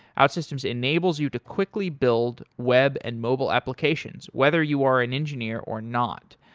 outsystems enables you to quickly build web and mobile applications, whether you are an engineer or not.